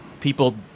people